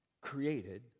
created